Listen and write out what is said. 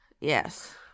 Yes